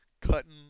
cutting